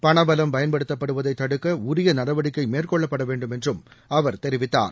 பண பலம் பயன்படுத்தப்படுவதை தடுக்க உரிய நடவடிக்கை மேற்கொள்ளப்பட வேண்டும் என்றும் அவர் தெரிவித்தார்